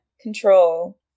control